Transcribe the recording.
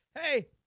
hey